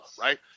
right